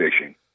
fishing